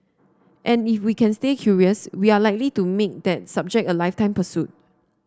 and if we can stay curious we are likely to make that subject a lifetime pursuit